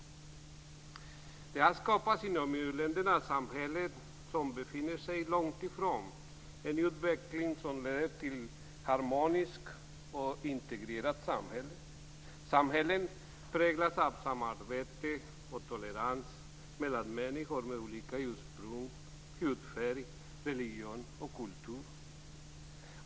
Det har inom EU-länderna skapats samhällen som befinner sig långt ifrån en utveckling som leder till ett harmoniskt och integrerat samhälle, ett samhälle som präglas av samarbete och tolerans mellan människor med olika ursprung, hudfärg, religion och kultur.